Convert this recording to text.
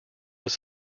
was